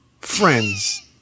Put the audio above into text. Friends